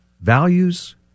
Values